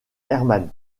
herman